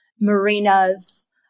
marinas